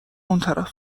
اونطرف